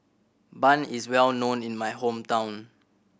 bun is well known in my hometown